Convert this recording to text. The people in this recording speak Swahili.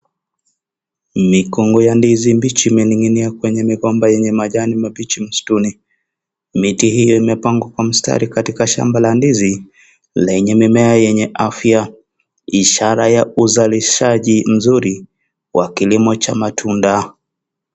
Migombo ya ndizi mbichi imeninginia kwenye migomba yenye majani mabichi msituni ,miti hiyo imepangwa kwa msitari katika shamba la ndizi ,lenye mimea yenye afya ishara ya uzalizaji mzuri wa kilimo cha matunda.